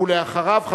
ואחריו,